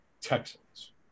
Texans